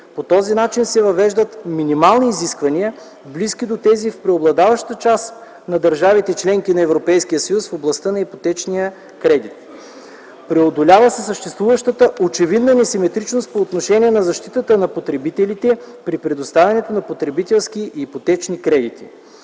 По този начин се въвеждат минимални изисквания, близки до тези в преобладаващата част на държавите - членки на Европейския съюз, в областта на ипотечния кредит. Преодолява се съществуващата очевидна несиметричност по отношение на защитата на потребителите при предоставянето на потребителски и ипотечни кредити.